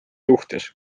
suhtes